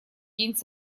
день